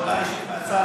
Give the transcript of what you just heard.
הודעה אישית מהצד,